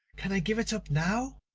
can i give it up now?